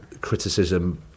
criticism